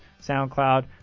SoundCloud